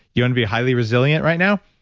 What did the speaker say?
you want to be highly resilient right now,